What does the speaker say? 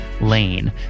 lane